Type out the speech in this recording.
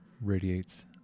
radiates